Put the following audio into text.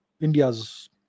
India's